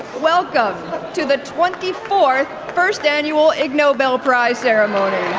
welcome to the twenty fourth first annual ig nobel prize ceremony.